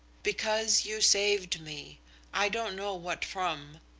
because you saved me i don't know what from.